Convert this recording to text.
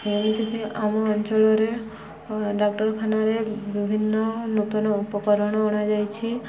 ଯେମିତିକି ଆମ ଅଞ୍ଚଳରେ ଡାକ୍ତରଖାନାରେ ବିଭିନ୍ନ ନୂତନ ଉପକରଣ ଅଣାଯାଇଛି